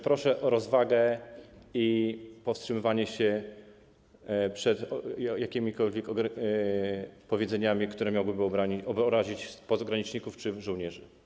Proszę o rozwagę i powstrzymywanie się przed jakimikolwiek powiedzeniami, które mogłyby obrazić pograniczników czy żołnierzy.